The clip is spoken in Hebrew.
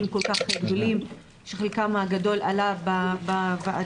כל כך גדולים שחלקם הגדול עלה בוועדה,